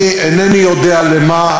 אני אינני יודע למה,